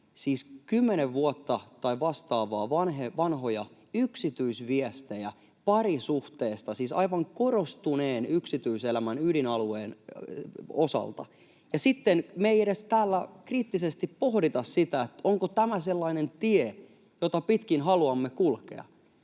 kymmenen vuotta vanhoja tai vastaavia yksityisviestejä parisuhteesta, siis aivan korostuneesti yksityiselämän ydinalueen osalta. Ja sitten me ei täällä edes kriittisesti pohdita sitä, onko tämä sellainen tie, jota pitkin haluamme kulkea.